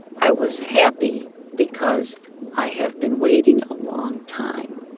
i was happy because i have been waiting a long time.